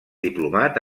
diplomat